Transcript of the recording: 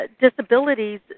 disabilities